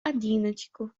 одиночку